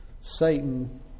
Satan